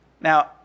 Now